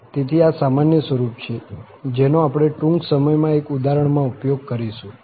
તેથી આ સામાન્ય સ્વરૂપ છે જેનો આપણે ટૂંક સમયમાં એક ઉદાહરણમાં ઉપયોગ કરીશું